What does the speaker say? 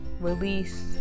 release